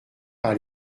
par